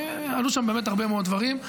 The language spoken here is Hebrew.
עלו שם באמת הרבה מאוד דברים.